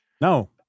No